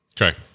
okay